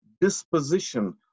disposition